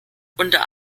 unter